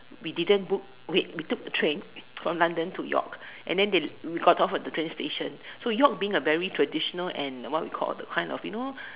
we didn't book wait we took the train from London to York and then they we got off at the train station so York being a very traditional and what we call the kind of you know